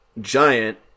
giant